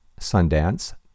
Sundance